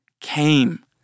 came